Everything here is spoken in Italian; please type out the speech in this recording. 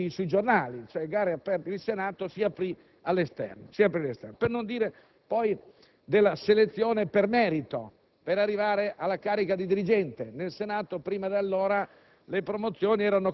inserzioni sui giornali; il Senato si aprì all'esterno. Per non dire, poi, della selezione per merito per arrivare alla carica di dirigente. Nel Senato, prima di allora,